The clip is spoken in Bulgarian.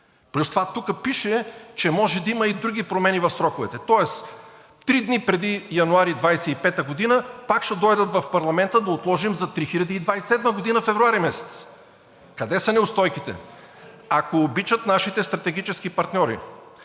Плюс това тук пише, че може да има и други промени в сроковете, тоест три дни преди януари 2025 г. пак ще дойдат в парламента да отложим за 3027 г. февруари месец. Къде са неустойките? Ако обичат, нашите стратегически партньори